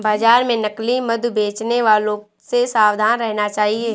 बाजार में नकली मधु बेचने वालों से सावधान रहना चाहिए